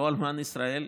לא אלמן ישראל,